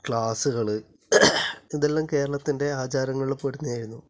ക്ലാസുകൾ ഇതെല്ലാം കേരളത്തിന്റെ ആചാരങ്ങളില് പെടുന്ന ഏനു